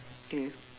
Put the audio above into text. okay